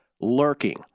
lurking